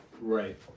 Right